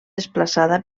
desplaçada